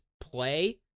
play